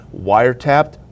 wiretapped